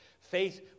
Faith